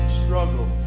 struggle